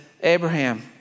Abraham